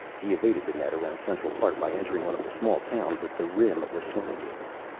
he evaded the net around central park by entering one of the small towns at the rim of the slag area.